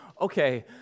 okay